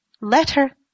letter